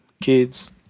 kids